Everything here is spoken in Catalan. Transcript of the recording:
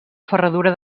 ferradura